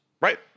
Right